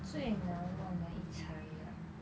最难忘的一餐 ah